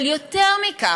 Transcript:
אבל יותר מכך,